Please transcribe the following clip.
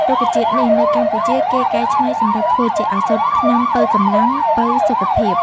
រុក្ខជាតិនេះនៅកម្ពុជាគេកែច្នៃសម្រាប់ធ្វើជាឱសថថ្នាំប៉ូវកម្លាំង ប៉ូវសុខភាព។